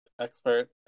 expert